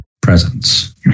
presence